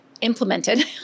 implemented